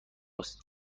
است